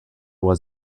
was